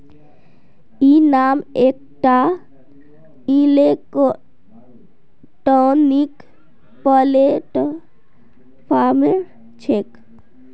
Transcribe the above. इनाम एकटा electronic platform छेक